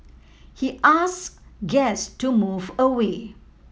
he asked guests to move away